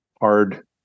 hard